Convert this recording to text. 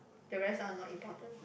the rest are not important